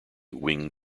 wing